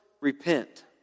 Repent